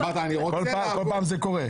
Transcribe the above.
כל פעם זה קורה.